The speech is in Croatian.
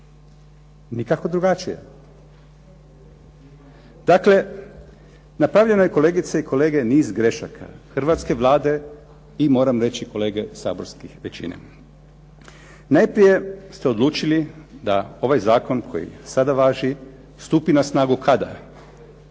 Nikako drugačije. Dakle, napravljeno je kolegice i kolege niz grešaka hrvatske Vlade i moram reći kolege saborske većine. Najprije ste odlučili da ovaj zakon koji sada važi stupi na snagu kada,